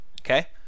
Okay